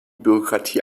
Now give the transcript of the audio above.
bürokratie